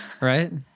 right